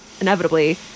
inevitably